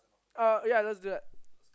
uh ya let's do that